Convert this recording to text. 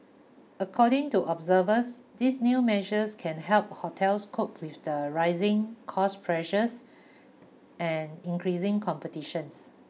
according to observers these new measures can help hotels cope with the rising cost pressures and increasing competitions